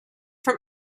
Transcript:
from